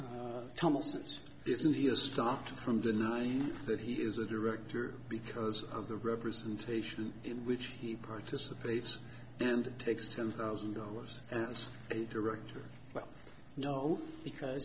star from denying that he is a director because of the representational in which he participates and takes ten thousand dollars and a director well known because